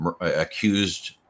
accused